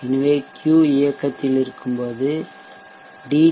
எனவே Q இயக்கத்தில் இருக்கும்போது டி